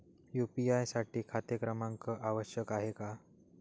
UPI साठी खाते क्रमांक आवश्यक आहे का?